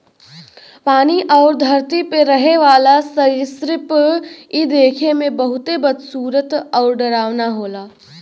पानी आउर धरती पे रहे वाला सरीसृप इ देखे में बहुते बदसूरत आउर डरावना होला